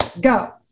Go